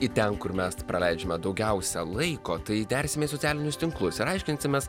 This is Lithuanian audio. į ten kur mes praleidžiame daugiausia laiko tai dersime į socialinius tinklus ir aiškinsimės